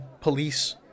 police